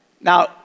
Now